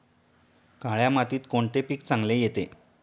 काळ्या मातीत कोणते पीक चांगले येते?